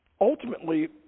ultimately